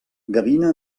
gavina